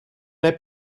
heb